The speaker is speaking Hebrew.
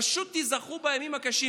פשוט תיזכרו בימים הקשים,